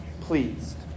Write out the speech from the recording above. pleased